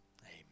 Amen